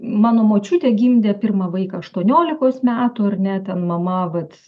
mano močiutė gimdė pirmą vaiką aštuoniolikos metų ar ne ten mama vat